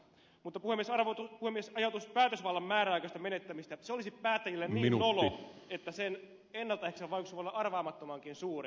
mutta arvoisa puhemies ajatus päätösvallan määräaikaisesta menettämisestä olisi päättäjille niin nolo että sen ennalta ehkäisevä vaikutus voi olla arvaamattomankin suuri